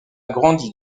grandi